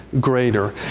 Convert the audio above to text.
greater